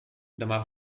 demà